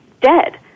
dead